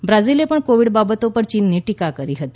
બ્રાઝિલે પણ કોવીડ બાબતો પર ચીનની ટીકા કરી હતી